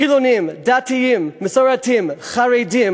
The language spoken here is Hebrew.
חילונים, דתיים, מסורתיים, חרדים